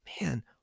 man